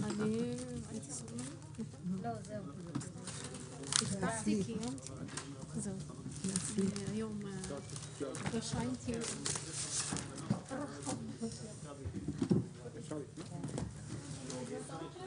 14:02.